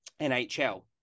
NHL